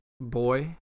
boy